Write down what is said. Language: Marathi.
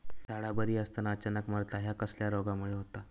झाडा बरी असताना अचानक मरता हया कसल्या रोगामुळे होता?